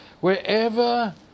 wherever